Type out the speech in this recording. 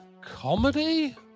comedy